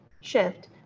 Shift